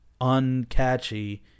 uncatchy